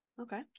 Okay